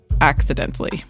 accidentally